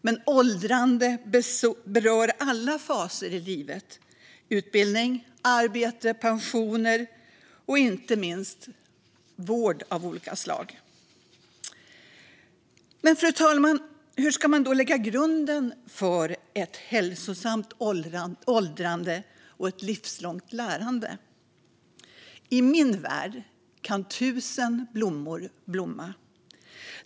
Men åldrande berör alla faser i livet: utbildning, arbete, pensioner och inte minst vård av olika slag. Fru talman! Hur ska man då lägga grunden för ett hälsosamt åldrande och ett livslångt lärande? I min värld kan tusen blommor blomma.